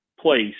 place